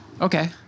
Okay